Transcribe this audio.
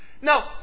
No